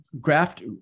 graft